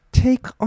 take